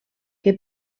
que